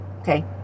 okay